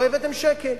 לא הבאתם שקל?